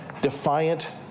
defiant